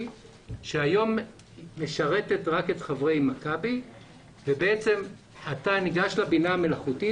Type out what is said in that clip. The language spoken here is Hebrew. שהיום משרתת רק את חברי מכבי ובעצם אתה ניגש לבינה המלאכותית,